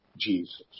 Jesus